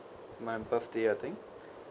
my birthday I think